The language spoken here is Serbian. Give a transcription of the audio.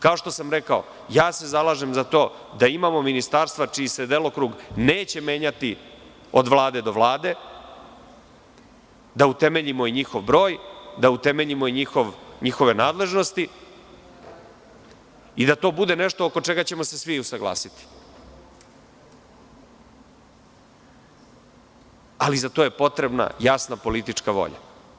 Kao što sam rekao, zalažem se za to da imamo ministarstva čiji se delokrug neće menjati od vlade do vlade, da utemeljimo i njihov broj, da utemeljimo i njihove nadležnosti i da to bude nešto oko čega ćemo se svi usaglasiti, ali za to je potrebna jasna politička volja.